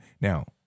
Now